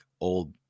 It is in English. old